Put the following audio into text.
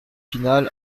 pinal